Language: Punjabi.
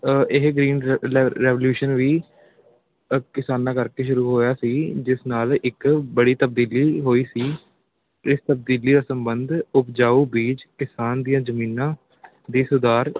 ਇਹ ਗ੍ਰੀਨ ਰੈ ਲ ਰੈਵੋਲਊਸ਼ਨ ਵੀ ਕਿਸਾਨਾਂ ਕਰਕੇ ਸ਼ੁਰੂ ਹੋਇਆ ਸੀ ਜਿਸ ਨਾਲ ਇੱਕ ਬੜੀ ਤਬਦੀਲੀ ਹੋਈ ਸੀ ਇਸ ਤਬਦੀਲੀ ਦਾ ਸੰਬੰਧ ਉਪਜਾਊ ਬੀਜ ਕਿਸਾਨ ਦੀਆਂ ਜ਼ਮੀਨਾਂ ਦੇ ਸੁਧਾਰ